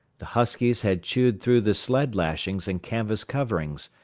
the huskies had chewed through the sled lashings and canvas coverings.